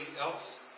else